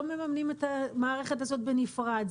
לא מממנים את המערכת הזאת בנפרד,